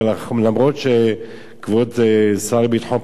אף שכבוד השר לביטחון הפנים,